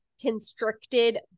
constricted